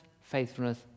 faithfulness